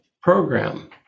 program